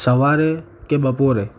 સવારે કે બપોરે